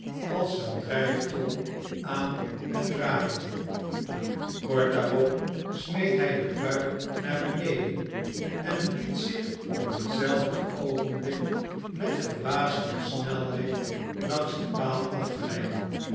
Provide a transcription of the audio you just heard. als eene drijftol aan het draaien kort daarop smeet hij de pruik naar beneden en liet zich op hetzelfde oogenblik met verbazende snelheid langs den paal afglijden